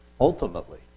ultimately